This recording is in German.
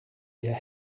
ihr